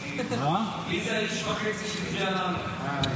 מי זה האיש וחצי שהצביע לנו?